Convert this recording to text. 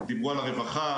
דיברו על הרווחה,